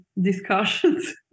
discussions